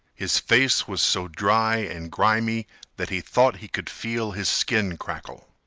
his face was so dry and grimy that he thought he could feel his skin crackle.